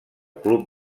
club